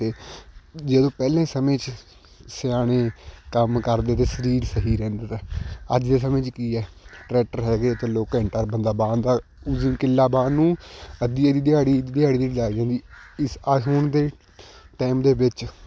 ਅਤੇ ਜਦੋਂ ਪਹਿਲੇ ਸਮੇਂ 'ਚ ਸਿਆਣੇ ਕੰਮ ਕਰਦੇ ਤੇ ਸਰੀਰ ਸਹੀ ਰਹਿੰਦਾ ਤਾ ਅੱਜ ਦੇ ਸਮੇਂ 'ਚ ਕੀ ਹੈ ਟਰੈਕਟਰ ਹੈਗੇ ਤਾਂ ਲੋਕ ਘੰਟਾ ਬੰਦਾ ਵਾਹੁਦਾ ਉਸ ਦਿਨ ਕਿੱਲਾ ਵਾਹੁਣ ਨੂੰ ਅੱਧੀ ਅੱਧੀ ਦਿਹਾੜੀ ਦਿਹਾੜੀ ਦਿਹਾੜੀ ਵੀ ਲੱਗ ਜਾਂਦੀ ਇਸ ਆ ਹੁਣ ਦੇ ਟਾਇਮ ਦੇ ਵਿੱਚ